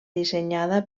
dissenyada